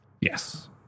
Yes